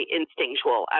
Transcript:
instinctual